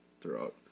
throughout